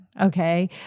okay